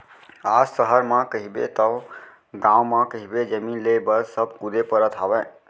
आज सहर म कहिबे तव गाँव म कहिबे जमीन लेय बर सब कुदे परत हवय